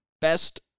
best